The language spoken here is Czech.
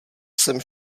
jsem